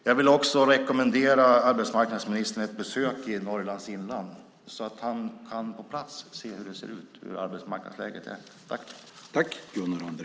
Jag rekommenderar arbetsmarknadsministern ett besök i Norrlands inland så att han på plats kan se hur arbetsmarknadsläget är.